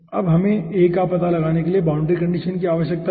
अब हमें A का पता लगाने के लिए बाउंड्री कंडीशन की आवश्यकता है